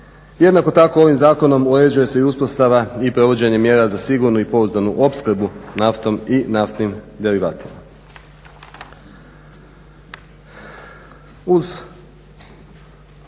Jednako tako ovim zakonom uređuje se i uspostava i provođenje mjera za sigurnu i pouzdanu opskrbu naftom i naftnim derivatima.